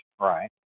right